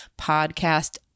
podcast